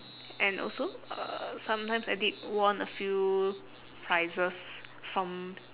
and also uh sometimes I did won a few prizes from